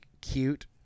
cute